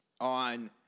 on